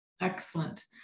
Excellent